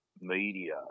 media